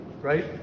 right